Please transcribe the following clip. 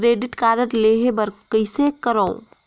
Credit card लेहे बर कइसे करव?